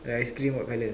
her ice cream what colour